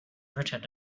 written